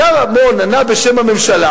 כשהשר רמון ענה בשם הממשלה,